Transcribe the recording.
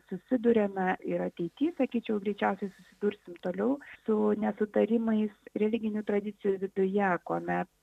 susiduriame ir ateity sakyčiau greičiausiai susidursim toliau su nesutarimais religinių tradicijų viduje kuomet